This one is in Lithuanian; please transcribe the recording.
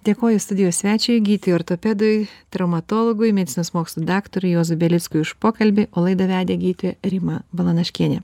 dėkoju studijos svečiui gydytojui ortopedui traumatologui medicinos mokslų daktarui juozu belickui už pokalbį o laidą vedė gydytoja rima balanaškienė